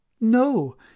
No